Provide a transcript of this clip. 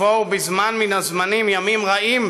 "יבואו בזמן מן הזמנים ימים רעים,